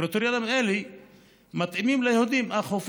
קריטריונים אלה מתאימים ליהודים אך הם